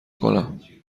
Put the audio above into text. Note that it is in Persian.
کنم